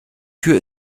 tür